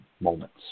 moments